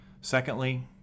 Secondly